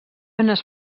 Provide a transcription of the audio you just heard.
divideix